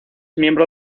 miembro